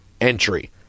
entry